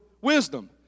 wisdom